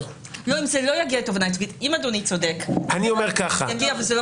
אם אדוני צודק וזה --- יגיע וזה לא